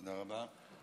תודה רבה.